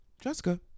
Jessica